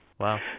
Wow